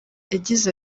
yagize